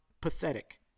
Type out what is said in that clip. pathetic